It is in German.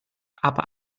aber